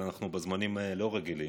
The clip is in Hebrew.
אבל אנחנו בזמנים לא רגילים.